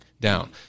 down